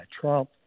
Trump